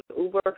uber